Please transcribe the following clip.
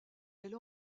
elle